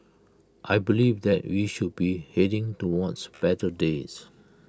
I believe that we should be heading towards better days